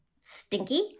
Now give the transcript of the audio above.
stinky